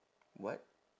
what